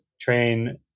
train